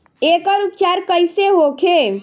एकर उपचार कईसे होखे?